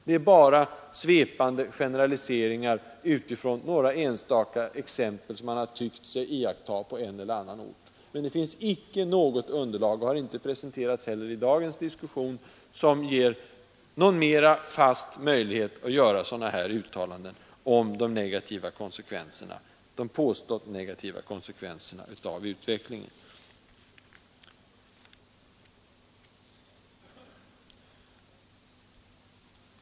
Det är bara svepande generaliseringar, kanske utifrån några enstaka företeelser som man har tyckt sig iaktta i en eller annan ort. Det finns inte något underlag — och sådant har heller inte presenterats i dagens diskussion — för sådana här uttalanden om de påstått negativa konsekvenserna av utvecklingen.